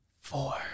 Four